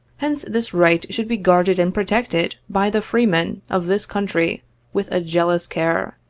hence this right should be guarded and protected by the free men of this country with a jealous care,